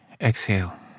exhale